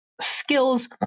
skills